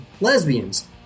lesbians